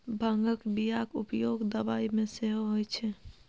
भांगक बियाक उपयोग दबाई मे सेहो होए छै